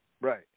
Right